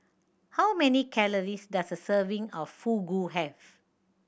how many calories does a serving of Fugu have